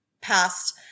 past